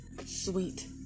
sweet